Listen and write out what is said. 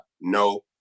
no